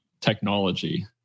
technology